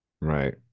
Right